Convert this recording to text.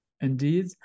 Indeed